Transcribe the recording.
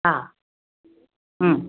हा